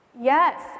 yes